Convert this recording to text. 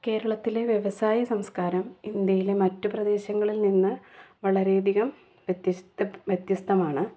കേരളത്തിലെ വ്യവസായ സംസ്കാരം ഇന്ത്യയിലെ മറ്റ് പ്രദേശങ്ങളിൽ നിന്ന് വളരെ അധികം വത്യസ്തം വത്യസ്തമാണ്